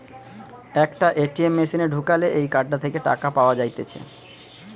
একটা এ.টি.এম মেশিনে ঢুকালে এই কার্ডটা থেকে টাকা পাওয়া যাইতেছে